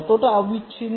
কতটা অবিচ্ছিন্ন